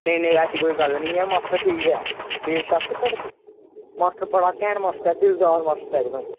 नेईं नेईं ऐसी कोई गल्ल निं ऐ मास्टर ठीक ऐ बेशक्क मास्टर बड़ा घैंट मास्टर ऐ